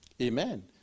Amen